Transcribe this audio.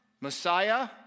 Messiah